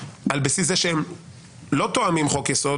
על בסיס זה שהם לא תואמים חוק-יסוד,